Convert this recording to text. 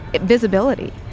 visibility